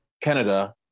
Canada